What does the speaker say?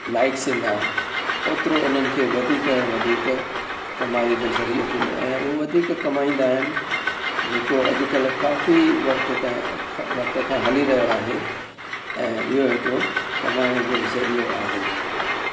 likes ईंदा ओतिरो उन्हनि खे वधीक ऐं वधीक कमाईअ जो ज़रियो थींदो ऐं उहो वधीक कमाईंदा आहिनि जेको अॼुकल्ह काफ़ी वक़्तु वक़्तु खां हली रहियो आहे ऐं इहो हिकिड़ो कमाइण जो ज़रियो आहे